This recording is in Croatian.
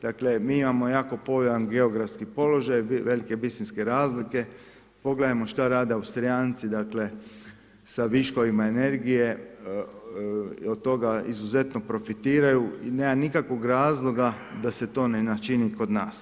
Dakle, mi imamo jako povoljan geografski položaj, velike visinske razlike, pogledajmo šta rade Austrijanci dakle sa viškovima energije, od toga izuzetno profitiraju i nema nikakvog razloga ne na čini kod nas.